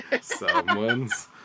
Someone's